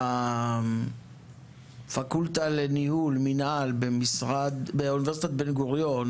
שבפקולטה למנהל עסקים באוניברסיטת בן-גוריון